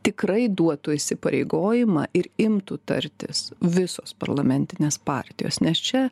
tikrai duotų įsipareigojimą ir imtų tartis visos parlamentinės partijos nes čia